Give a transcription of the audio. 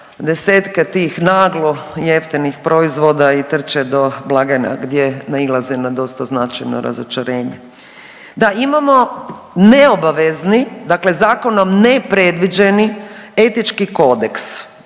desetke tih naglo jeftinih proizvoda i trče do blagajne gdje nailaze na dosta značajno razočarenje. Da, imamo neobavezni, dakle Zakonom ne predviđeni Etički kodeks.